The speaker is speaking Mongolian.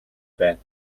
байна